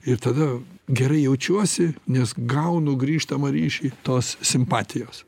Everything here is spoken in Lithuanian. ir tada gerai jaučiuosi nes gaunu grįžtamą ryšį tos simpatijos